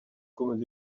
comme